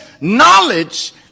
knowledge